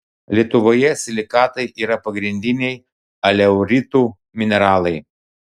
lietuvoje silikatai yra pagrindiniai aleuritų mineralai